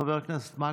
חבר הכנסת מקלב,